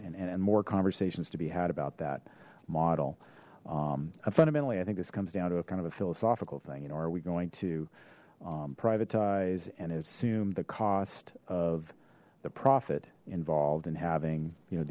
and more conversations to be had about that model fundamentally i think this comes down to a kind of a philosophical thing you know are we going to privatize and assume the cost of the profit involved in having you know